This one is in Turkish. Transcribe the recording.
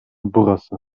burası